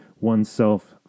oneself